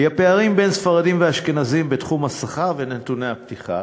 היא הפערים בין ספרדים לאשכנזים בתחום השכר ובנתוני הפתיחה,